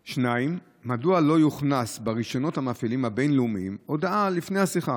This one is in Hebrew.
2. מדוע לא יוכנס ברישיונות המפעילים הבין-לאומיים הודעה לפני השיחה: